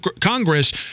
congress